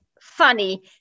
funny